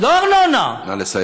לא ארנונה.